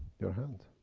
your hand,